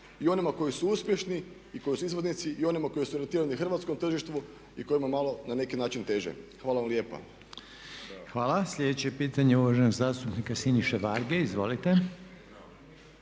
I onima koji su uspješni i koji su izvoznici i onima koji su okrenuti hrvatskom tržištu i kojima je malo na neki način teže. Hvala vam lijepa. **Reiner, Željko (HDZ)** Hvala. Sljedeće pitanje je uvaženog zastupnika Siniše Varge, izvolite.